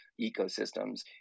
ecosystems